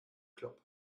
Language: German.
club